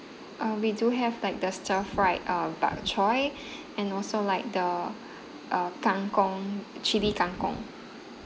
um we do have like the stir fried uh bak choy and also like the uh kang kong chili kang kong